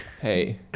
Hey